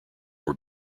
were